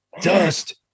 dust